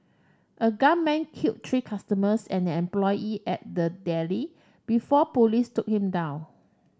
a gunman killed three customers and an employee at the deli before police took him down